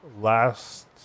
last